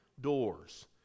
doors